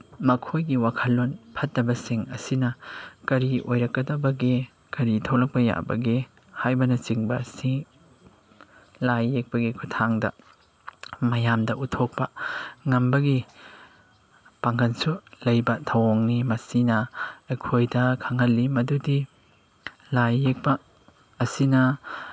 ꯃꯈꯣꯏꯒꯤ ꯋꯥꯈꯜꯂꯣꯟ ꯐꯠꯇꯕꯁꯤꯡ ꯑꯁꯤꯅ ꯀꯔꯤ ꯑꯣꯏꯔꯛꯀꯗꯕꯒꯦ ꯀꯔꯤ ꯊꯣꯛꯂꯛꯄ ꯌꯥꯕꯒꯦ ꯍꯥꯏꯕꯅꯆꯤꯡꯕ ꯑꯁꯤ ꯂꯥꯏ ꯌꯦꯛꯄꯒꯤ ꯈꯨꯊꯥꯡꯗ ꯃꯌꯥꯝꯗ ꯎꯠꯊꯣꯛꯄ ꯉꯝꯕꯒꯤ ꯄꯥꯡꯒꯜꯁꯨ ꯂꯩꯕ ꯊꯧꯑꯣꯡꯅꯤ ꯃꯁꯤꯅ ꯑꯩꯈꯣꯏꯗ ꯈꯪꯍꯜꯂꯤ ꯃꯗꯨꯗꯤ ꯂꯥꯏ ꯌꯦꯛꯄ ꯑꯁꯤꯅ